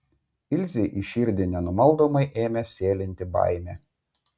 ilzei į širdį nenumaldomai ėmė sėlinti baimė